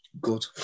good